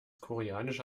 koreanische